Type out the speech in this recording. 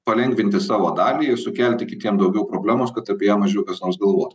palengvinti savo dalį ir sukelti kitiem daugiau problemos kad apie ją mažiau kas nors galvotų